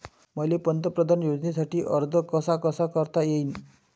मले पंतप्रधान योजनेसाठी अर्ज कसा कसा करता येईन?